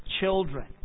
children